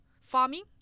farming